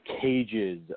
cages